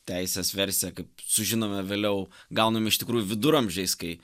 teisės versiją kaip sužinome vėliau gaunam iš tikrųjų viduramžiais kai